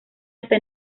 hasta